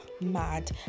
mad